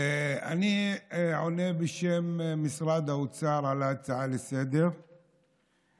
אני עונה בשם משרד האוצר על ההצעה לסדר-היום,